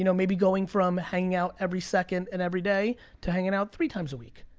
you know maybe going from hanging out every second and every day to hanging out three times a week.